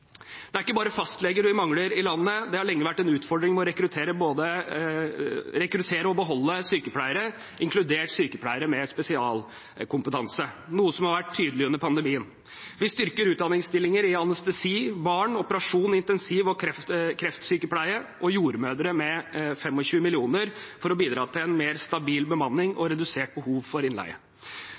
Det er ikke bare fastleger vi mangler i landet. Det har lenge vært en utfordring å både rekruttere og beholde sykepleiere, inkludert sykepleiere med spesialkompetanse, noe som har vært tydelig under pandemien. Vi styrker utdanningsstillinger innen anestesi, barn, operasjon, intensiv, kreftsykepleie og jordmødre med 25 mill. kr for å bidra til en mer stabil bemanning og redusert behov for innleie.